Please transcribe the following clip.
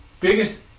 biggest